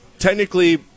Technically